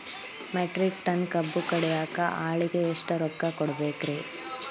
Metric ton ಕಬ್ಬು ಕಡಿಯಾಕ ಆಳಿಗೆ ಎಷ್ಟ ರೊಕ್ಕ ಕೊಡಬೇಕ್ರೇ?